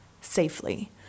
safely